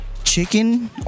chicken